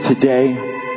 today